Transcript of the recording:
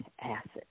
acid